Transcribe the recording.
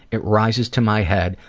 it rises to my head.